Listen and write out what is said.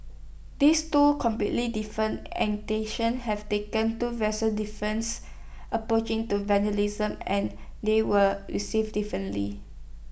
these two completely different have taken two vastly different approaches to vigilantism and they were received differently